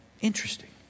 Interesting